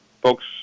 folks